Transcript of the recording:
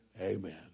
Amen